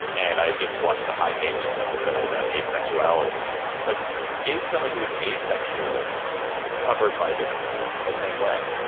and i just watched a high maintenance episode about asexuality. like is someone who is asexual covered by this in the same way?